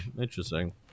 interesting